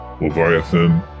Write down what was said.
Leviathan